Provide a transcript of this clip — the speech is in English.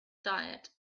diet